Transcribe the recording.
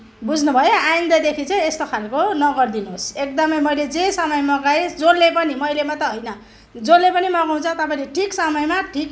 बुझ्नुभयो आइन्दादेखि चाहिँ यस्तो खालको नगरिदिनुहोस् एकदमै मैले जे सामान मगाए जसले पनि मैले मात्र होइन जसले पनि मगाउँछ तपाईँले ठिक समयमा ठिक